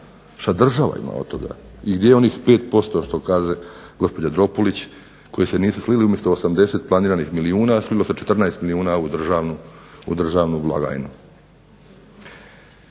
Što država ima od toga? I gdje je onih 5% što kaže gospođa Dropulić koji se nisu slili umjesto 80 planiranih milijuna slilo se 14 milijuna u državnu blagajnu.